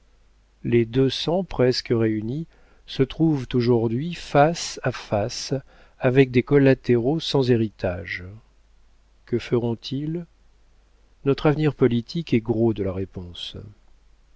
les deux sangs presque réunis se trouvent aujourd'hui face à face avec des collatéraux sans héritage que feront-ils notre avenir politique est gros de la réponse